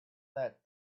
that